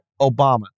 Obama